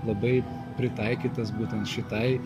labai pritaikytas būtent šitai